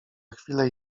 chwilę